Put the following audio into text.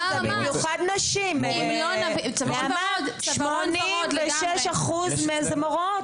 למה, מה --- במיוחד נשים, נעמה, 86% מורות.